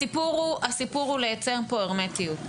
הסיפור הוא לייצר פה הרמטיות.